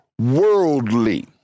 worldly